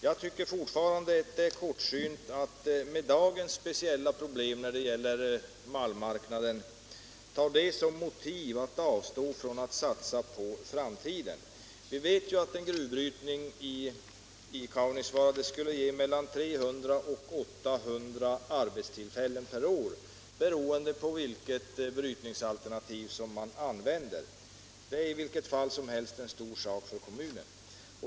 Jag tycker fortfarande att det är kortsynt att ta dagens speciella problem när det gäller malmmarknaden som motiv för att avstå från att satsa på framtiden. Vi vet att en gruvbrytning i Kaunisvaara skulle ge 300-800 arbetstillfällen per år beroende på vilket brytningsalternativ som man använder. Det är i vilket fall som helst en stor sak för kommunen.